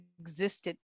existed